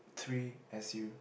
three S_U